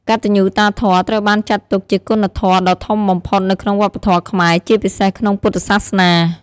កតញ្ញូតាធម៌ត្រូវបានចាត់ទុកជាគុណធម៌ដ៏ធំបំផុតនៅក្នុងវប្បធម៌ខ្មែរ ជាពិសេសក្នុងពុទ្ធសាសនា។